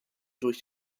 durch